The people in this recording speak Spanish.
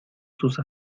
sus